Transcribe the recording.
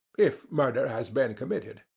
if murder has been committed.